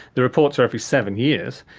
the reports are every seven years,